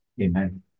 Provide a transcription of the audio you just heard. Amen